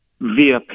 via